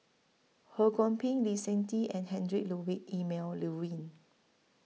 Ho Kwon Ping Lee Seng Tee and Heinrich Ludwig Emil Luering